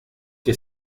que